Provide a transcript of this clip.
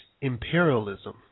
imperialism